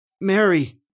Mary